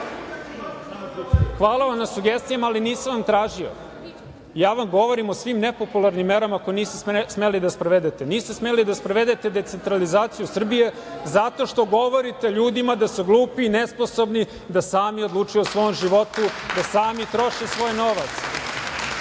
hvala vam na sugestijama, ali nisam vam tražio. Ja vam govorim o svim nepopularnim merama koje niste smeli da sprovedete. Niste smeli da sprovedete decentralizaciju Srbije zato što govorite ljudima da su glupi i nesposobni da sami odlučuju o svom životu, da sami troše svoj novac.